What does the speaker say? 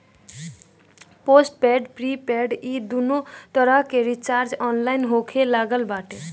postpaid prepaid इ दूनो तरही के रिचार्ज ऑनलाइन होखे लागल बाटे